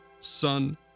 Son